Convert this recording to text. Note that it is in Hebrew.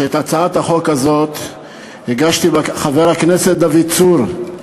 שאת הצעת החוק הזאת הגשתי, חבר הכנסת דוד צור,